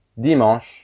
dimanche